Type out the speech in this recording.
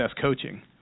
Coaching